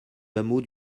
hameau